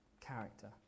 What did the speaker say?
character